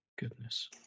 Goodness